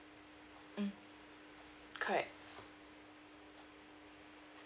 mm correct